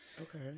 Okay